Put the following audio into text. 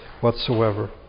whatsoever